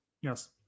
Yes